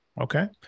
okay